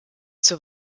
zur